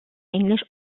englisch